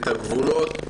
את הגבולות,